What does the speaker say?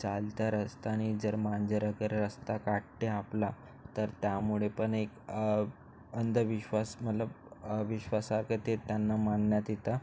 चालत असतानी जर मांजर अगर रस्ता काटते आपला तर त्यामुळे पण एक अंधविश्वास मतलब विश्वासागं ते त्यांना मानण्यात येता